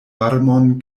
varmon